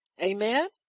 Amen